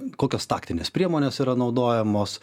kokios taktinės priemonės yra naudojamos